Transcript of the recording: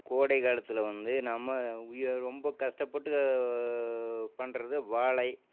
கோடை காலத்தில் வந்து நம்ம ரொம்ப கஷ்டப்பட்டு பண்ணுறது வாழை